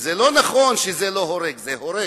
זה לא נכון שזה לא הורג, זה הורג.